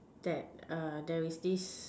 that err there is this